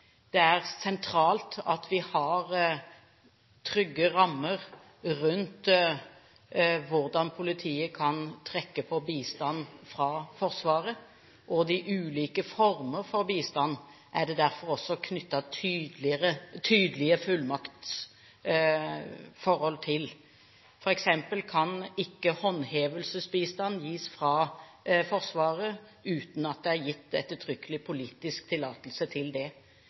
Det er sentralt at vi har trygge rammer for hvordan politiet kan trekke på bistand fra Forsvaret, og de ulike formene for bistand er det derfor knyttet tydelige fullmaktsforhold til – f.eks. kan ikke håndhevelsesbistand gis fra Forsvaret uten at det er gitt ettertrykkelig politisk tillatelse til det.